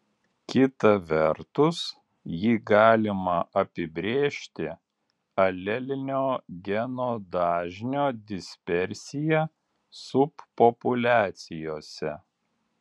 kita vertus jį galima apibrėžti alelinio geno dažnio dispersija subpopuliacijose